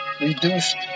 reduced